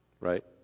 Right